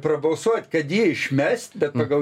prabalsuoti kad jį išmest bet pagal